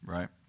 Right